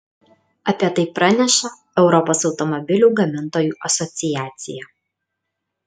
apie tai praneša europos automobilių gamintojų asociacija